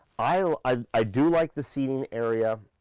i um i do like this sitting area,